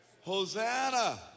Hosanna